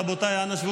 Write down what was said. רבותיי, אנא שבו